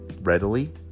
readily